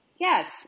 Yes